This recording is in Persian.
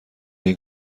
این